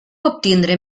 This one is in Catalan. obtindre